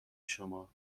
شما